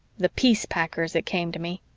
the peace packers, it came to me.